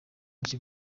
kibuga